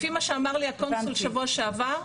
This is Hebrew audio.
לפי מה שאמר לי הקונסול בשבוע שעבר,